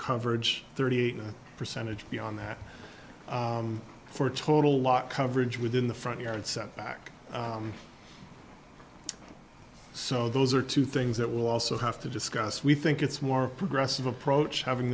coverage thirty eight percentage beyond that for total lot coverage within the front yard setback so those are two things that will also have to discuss we think it's more progressive approach having